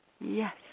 Yes